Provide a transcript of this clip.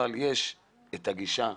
אבל יש את הגישה,